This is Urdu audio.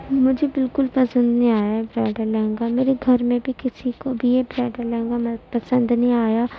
مجھے بالکل پسند نہیں آیا یہ برائڈل لہنگا میرے گھر میں بھی کسی کو بھی یہ برائڈل لہنگا پسند نہیں آیا